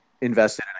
invested